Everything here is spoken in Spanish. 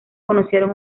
conocieron